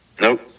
Nope